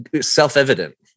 self-evident